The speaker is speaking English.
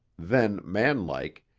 then, manlike,